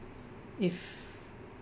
if